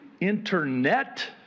Internet